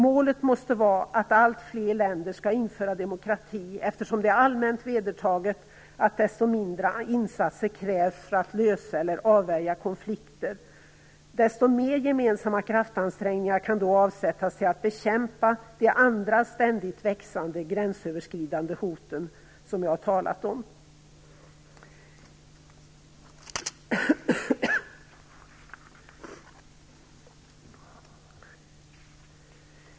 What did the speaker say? Målet måste vara att alltfler länder inför demokrati, eftersom det är allmänt vedertaget att det då krävs mindre insatser för att lösa eller avvärja konflikter. Desto mer av gemensamma kraftansträngningar kan då göras för att bekämpa de andra ständigt växande gränsöverskridande hot som jag talat om.